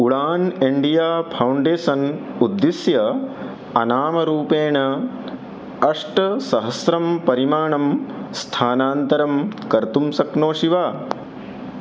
Udaan India Foundation उद्दिश्य अनामरूपेण अष्टसहस्रं परिमाणं स्थानान्तरं कर्तुं शक्नोषि वा